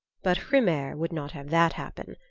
but hrymer would not have that happen.